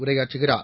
உரையாற்றுகிறார்